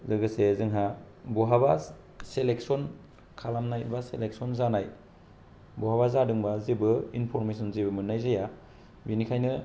लोगोसे जोंहा बहाबा सेलेकसन खालामनाय बा सेलेकसन जानाय बहाबा जादोंबा जेबो इनपर्मेसन जेबो मोननाय जाया बिनिखायनो